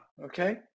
Okay